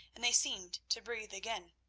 and they seemed to breathe again.